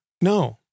No